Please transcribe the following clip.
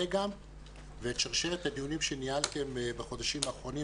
ואת שרשרת הדיונים שניהלתם בחודשים האחרונים,